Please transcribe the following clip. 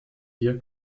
wir